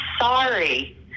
sorry